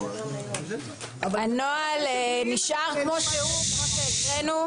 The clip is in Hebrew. הנוהל נשאר כמו שהוא, כמו שהקראנו.